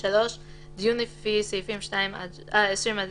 דיון לפי סעיפים 20 עד